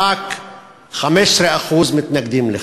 ורק 15% מתנגדים לכך,